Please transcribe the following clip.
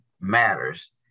matters